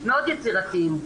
מאוד יצירתיים,